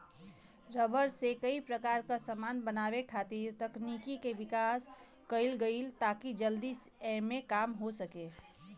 rubber से कई प्रकार क समान बनावे खातिर तकनीक के विकास कईल गइल ताकि जल्दी एमे काम हो सके